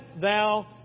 thou